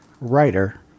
Writer